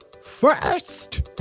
first